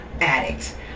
addict